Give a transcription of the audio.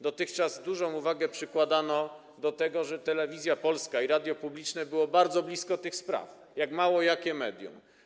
Dotychczas dużą wagę przykładano do tego, żeby Telewizja Polska i radio publiczne były bardzo blisko tych spraw, jak mało które medium.